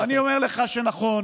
אני אומר לך שנכון,